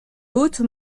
haute